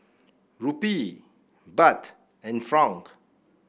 Rupee Baht and franc